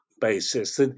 basis